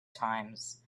times